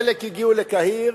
חלק הגיעו לקהיר,